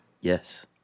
Yes